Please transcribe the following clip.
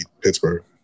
Pittsburgh